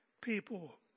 people